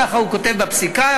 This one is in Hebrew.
כך הוא כותב בפסיקה,